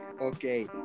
Okay